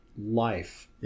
life